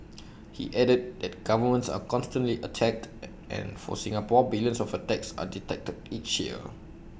he added that governments are constantly attacked and for Singapore billions of attacks are detected each year